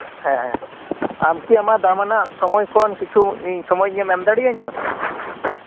ᱦᱮᱸ ᱦᱮᱸ ᱟᱢᱠᱤ ᱟᱢᱟᱜ ᱫᱟᱢᱟᱱᱟᱜ ᱥᱳᱢᱳᱭ ᱠᱷᱚᱱ ᱠᱤᱪᱷᱩ ᱤᱧ ᱥᱳᱢᱳᱭᱮᱢ ᱮᱢᱫᱟᱲᱮᱭᱟᱹᱧᱟᱹ